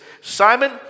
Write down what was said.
Simon